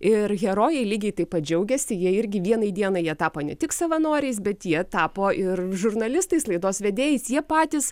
ir herojai lygiai taip pat džiaugiasi jie irgi vienai dienai jie tapo ne tik savanoriais bet jie tapo ir žurnalistais laidos vedėjais jie patys